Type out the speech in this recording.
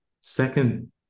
Second